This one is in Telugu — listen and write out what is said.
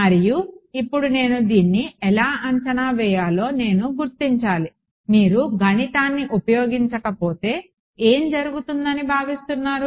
మరియు ఇప్పుడు నేను దీన్ని ఎలా అంచనా వేయాలో నేను గుర్తించాలి మీరు గణితాన్ని ఉపయోగించకపోతే ఏమి జరుగుతుందని భావిస్తున్నారు